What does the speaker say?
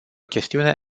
chestiune